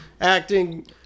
acting